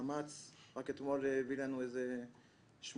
אמץ רק אתמול הביא לנו איזה שמונה-תשע